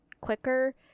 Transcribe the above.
quicker